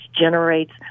generates